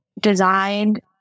designed